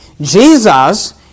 Jesus